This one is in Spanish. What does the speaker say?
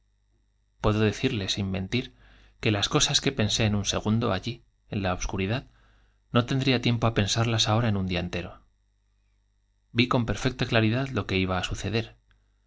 puedo decirle sin mentir que las cosas que pensé en un segundo allí en la obscuridad no tendría tiempo á pensarlas ahora en un día entero vi con per fecta claridad lo we iba á suceder